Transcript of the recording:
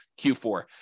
Q4